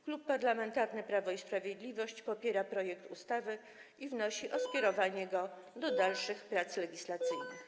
Klub Parlamentarny Prawo i Sprawiedliwość popiera projekt ustawy i wnosi o skierowanie go do dalszych prac legislacyjnych.